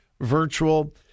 virtual